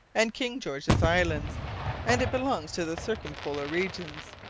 and king george's island and it belongs to the circumpolar regions.